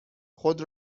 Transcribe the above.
خود